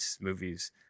movies